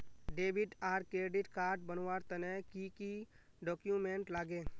Debit आर credit card बनवार तने की की डॉक्यूमेंट लागे?